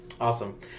awesome